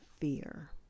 fear